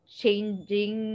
changing